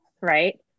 right